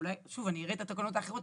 אבל אולי, שוב, אני אראה את התקנות האחרות.